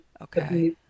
okay